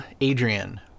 Adrian